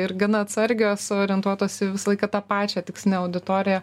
ir gana atsargios orientuotos į visą laiką tą pačią tikslinę auditoriją